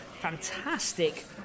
fantastic